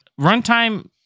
Runtime